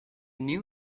new